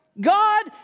God